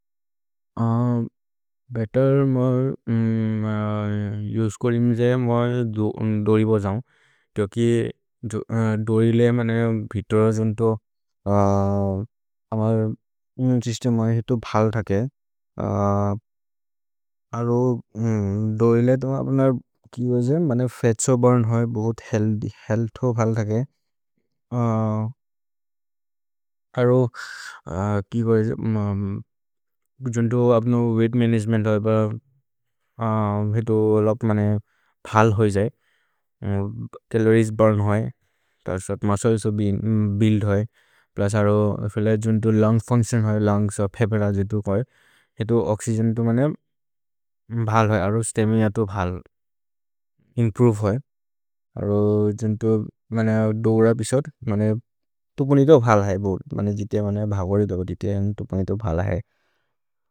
भेतर् मर् उस्करिम् जे मर् दोरि बोजौ। तोकि दोरि ले मने वितोर जुन्तो अमर् छिस्ते मर् हितु भल् थके। अरो दोरि ले तो अप्न कि बोजेम्? मने फेत्सो बुर्न् होइ, बोहोत् हेअल्थ् हो भल् थके। अरो जुन्तो अप्न वेइघ्त् मनगेमेन्त् हप हितु लोत् मने भल् होइ जये। छलोरिएस् बुर्न् होइ, मुस्च्लेस् बुइल्द् होइ, प्लुस् अरो जुन्तो लुन्ग् फुन्च्तिओन् होइ, लुन्ग्स्, फेबर जितो होइ, हितु ओक्स्य्गेन् तु मने भल् होइ, अरो स्तेम्म्य् अतो भल् इम्प्रोवे होइ। अरो जुन्तो मने दोर बिसोद्, मने तु पनि तो भल् होइ, जिते मने भगोरि दोर जिते, तु पनि तो भल् होइ।